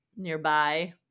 nearby